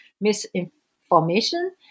misinformation